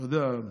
אתה יודע.